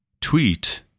tweet